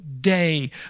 day